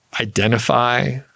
identify